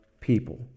people